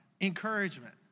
encouragement